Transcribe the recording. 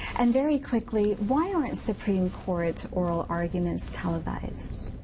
and very quickly why aren't supreme court oral arguments televised.